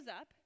up